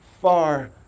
far